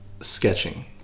sketching